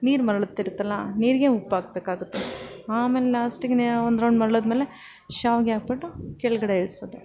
ನೀರು ಮರಳುತ್ತಿರುತ್ತಲ್ಲ ನೀರಿಗೆ ಉಪ್ಪು ಹಾಕ್ಬೇಕಾಗುತ್ತೆ ಆಮೇಲೆ ಲಾಸ್ಟಿಗೇನೆ ಒಂದು ರೌಂಡ್ ಮರಳಿದ್ಮೇಲೆ ಶಾವಿಗೆ ಹಾಕ್ಬಿಟ್ಟು ಕೆಳಗಡೆ ಇಳಿಸೋದು